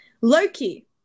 loki